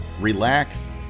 relax